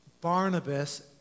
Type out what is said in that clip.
Barnabas